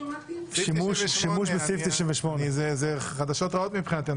שימוש בסעיף 98. זה חדשות רעות מבחינתנו,